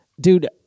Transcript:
Dude